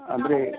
ಅಂದರೆ